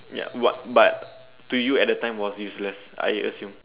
ya what but to you at the time was useless I assume